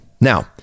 Now